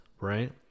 Right